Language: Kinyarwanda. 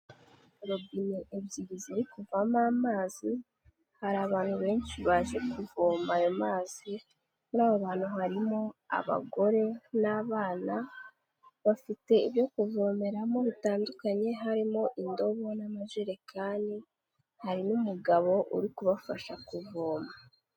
Robine ebyiri ziri kuvamo amazi, hari abantu benshi baje kuvoma ayo mazi, muri aba bantu harimo abagore n'abana, bafite ibyo kuvomeramo bitandukanye, harimo indobo n'amajerekani, hari n'umugabo uri kubafasha kuvoma.